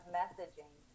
messaging